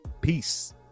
peace